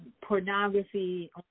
pornography